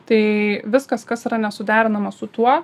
tai viskas kas yra nesuderinama su tuo